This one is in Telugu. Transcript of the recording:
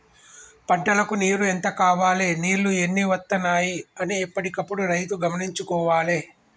పంటలకు నీరు ఎంత కావాలె నీళ్లు ఎన్ని వత్తనాయి అన్ని ఎప్పటికప్పుడు రైతు గమనించుకోవాలె